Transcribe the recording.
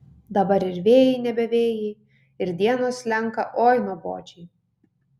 dabar ir vėjai nebe vėjai ir dienos slenka oi nuobodžiai